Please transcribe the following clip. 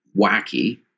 wacky